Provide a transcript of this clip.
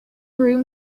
room